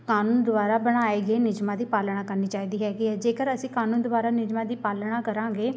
ਕਾਨੂੰਨ ਦੁਆਰਾ ਬਣਾਏ ਗਏ ਨਿਯਮਾਂ ਦੀ ਪਾਲਣਾ ਕਰਨੀ ਚਾਹੀਦੀ ਹੈਗੀ ਹੈ ਜੇਕਰ ਅਸੀਂ ਕਾਨੂੰਨ ਦੁਆਰਾ ਨਿਯਮਾਂ ਦੀ ਪਾਲਣਾ ਕਰਾਂਗੇ